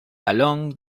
along